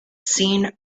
seen